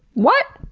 what?